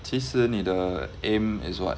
其实你的 aim is what